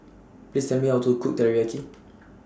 Please Tell Me How to Cook Teriyaki